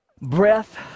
Breath